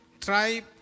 tribe